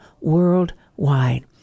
worldwide